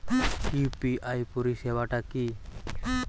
UPI পরিসেবাটা কি?